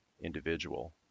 individual